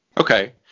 Okay